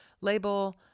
label